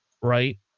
Right